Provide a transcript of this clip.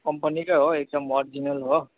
कम्पनीकै हो एकदम अर्जिनल हो